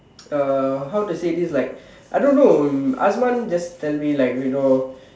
uh how to say this like I don't know Asman just tell me like you know